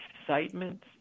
excitement